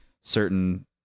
certain